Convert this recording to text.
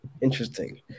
interesting